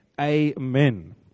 Amen